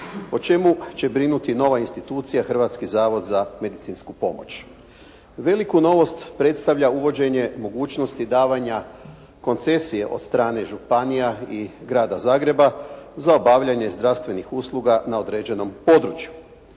o čemu će brinuti nova institucija, Hrvatski zavod za medicinsku pomoć. Veliku novost predstavlja uvođenje mogućnosti davanja koncesije od strane županija i Grada Zagreba za obavljanje zdravstvenih usluga na određenom području.